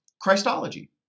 Christology